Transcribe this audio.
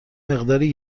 مقداری